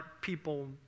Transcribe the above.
people